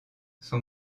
son